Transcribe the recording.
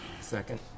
Second